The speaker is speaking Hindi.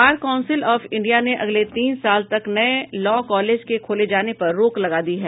बार कौंसिल ऑफ इंडिया ने अगले तीन साल तक नये लॉ कॉलेज के खोले जाने पर रोक लगा दी है